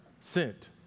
sent